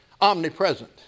omnipresent